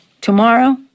tomorrow